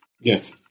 yes